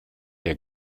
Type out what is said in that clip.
der